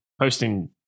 posting